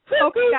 Okay